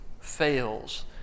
fails